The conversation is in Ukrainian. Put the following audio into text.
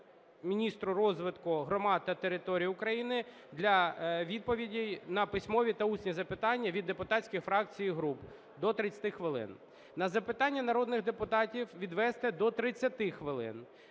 міністру розвитку громад та територій України для відповідей на письмові та усні запитання від депутатських фракцій і груп, до 30 хвилин; на запитання народних депутатів відвести до 30 хвилин,